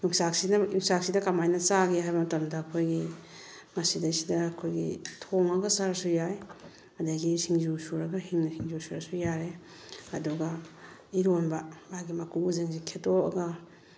ꯌꯣꯡꯆꯥꯛꯁꯤꯅ ꯌꯣꯡꯆꯥꯛꯁꯤꯗ ꯀꯃꯥꯏꯅ ꯆꯥꯒꯦ ꯍꯥꯏꯕ ꯃꯇꯝꯗ ꯑꯩꯈꯣꯏꯒꯤ ꯃꯁꯤꯗꯒꯤꯁꯤꯗ ꯑꯩꯈꯣꯏꯒꯤ ꯊꯣꯡꯉꯒ ꯆꯥꯔꯁꯨ ꯌꯥꯏ ꯑꯗꯒꯤ ꯁꯤꯡꯖꯨ ꯁꯨꯔꯒ ꯍꯤꯡꯅ ꯁꯤꯡꯖꯨ ꯁꯨꯔꯁꯨ ꯌꯥꯏ ꯑꯗꯨꯒ ꯏꯔꯣꯝꯕ ꯃꯥꯒꯤ ꯃꯀꯨꯁꯤꯡꯁꯦ ꯈꯦꯠꯇꯣꯛꯑꯒ